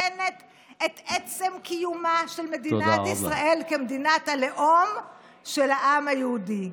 מסכנת את עצם קיומה של מדינת ישראל כמדינת הלאום של העם היהודי.